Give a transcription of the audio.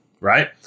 right